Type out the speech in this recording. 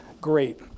great